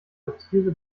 satire